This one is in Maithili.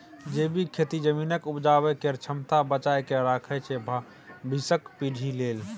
जैबिक खेती जमीनक उपजाबै केर क्षमता बचा कए राखय छै भबिसक पीढ़ी लेल